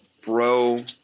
bro